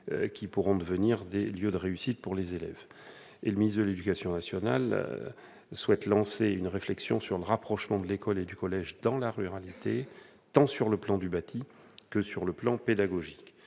qui pourront devenir des lieux de réussite pour les élèves. Par ailleurs, le ministre de l'éducation nationale souhaite lancer une réflexion sur le rapprochement de l'école et du collège dans la ruralité, sur le plan tant du bâti que pédagogique.